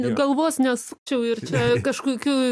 galvos nesukčiau ir čia kažkokių